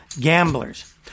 gamblers